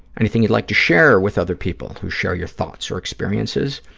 anything you'd like to share with other people who share your thoughts or experiences?